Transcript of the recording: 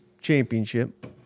championship